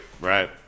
Right